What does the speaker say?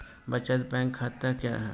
बचत बैंक खाता क्या है?